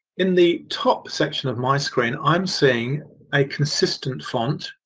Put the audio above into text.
in the top section of my screen on seeing a consistent font.